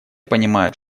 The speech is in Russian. понимают